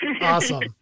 Awesome